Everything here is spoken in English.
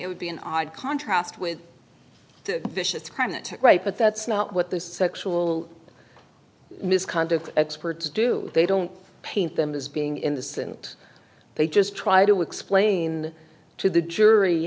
it would be an odd contrast with the vicious crime that took right but that's not what this sexual misconduct experts do they don't paint them as being in the scent they just try to explain to the jury